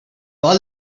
all